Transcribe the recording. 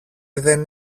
δεν